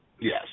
Yes